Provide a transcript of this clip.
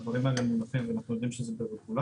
הדברים האלה מונחים, אנחנו יודעים שזה ברגולציה.